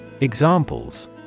Examples